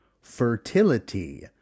fertility